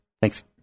Thanks